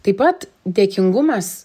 taip pat dėkingumas